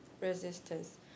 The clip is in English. resistance